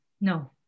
No